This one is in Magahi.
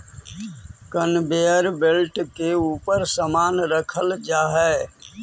कनवेयर बेल्ट के ऊपर समान रखल जा हई